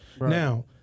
Now